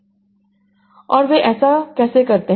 और वे ऐसा कैसे करते हैं